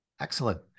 excellent